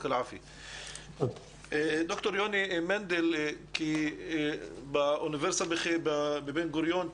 ד"ר יוני מנדל מאוניברסיטת בן גוריון,